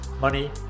money